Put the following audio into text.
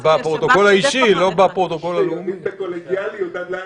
במקום הרישה של סעיף קטן (ב) "הממשלה רשאית" עד "על 200",